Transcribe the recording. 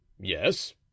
Yes